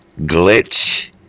glitch